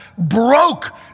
broke